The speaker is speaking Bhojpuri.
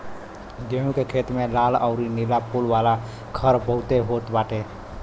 गेंहू के खेत में लाल अउरी नीला फूल वाला खर बहुते होत बाटे